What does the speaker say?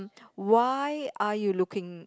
why are you looking